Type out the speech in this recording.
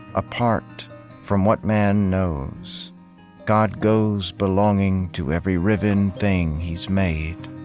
apart from what man knows god goes belonging to every riven thing he's made.